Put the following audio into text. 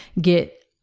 get